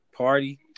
Party